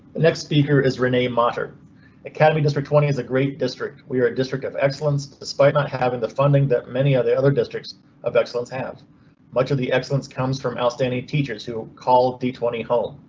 next speaker is renee mater academy. district twenty is a great district. we're a district of excellence despite not having the funding that many other other districts of excellence have much of the excellence comes from outstanding teachers who called the twenty home.